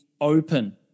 open